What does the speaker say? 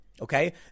okay